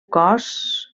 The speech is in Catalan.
cos